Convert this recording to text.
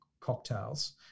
cocktails